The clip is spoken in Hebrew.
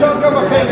אפשר גם אחרת.